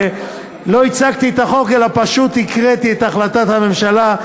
ולא הצגתי את החוק אלא פשוט הקראתי את החלטת הממשלה,